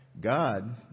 God